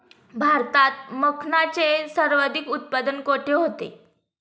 भारतात मखनाचे सर्वाधिक उत्पादन कोठे होते?